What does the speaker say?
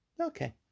Okay